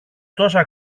τόσα